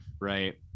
right